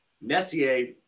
Messier